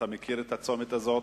אתה מכיר את הצומת הזה.